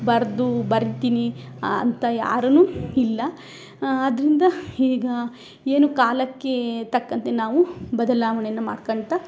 ಬರೆದು ಬರಿತಿನಿ ಅಂತ ಯಾರು ಇಲ್ಲ ಆದ್ರಿಂದ ಈಗ ಏನು ಕಾಲಕ್ಕೆ ತಕ್ಕಂತೆ ನಾವು ಬದಲಾವಣೆಯನ್ನು ಮಾಡ್ಕೋತ